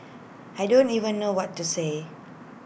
I don't even know what to say